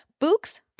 books